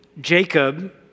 Jacob